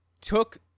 took